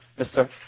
Mr